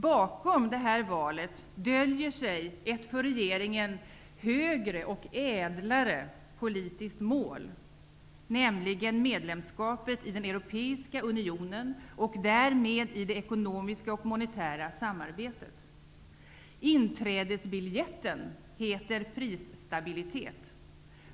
Bakom det valet döljer sig ett för regeringen ''högre'' och ''ädlare'' politiskt mål, nämligen medlemskapet i Europeiska Unionen och därmed i det ekonomiska och monetära samarbetet. Inträdesbiljetten heter prisstabilitet.